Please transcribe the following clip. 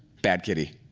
bad kitty.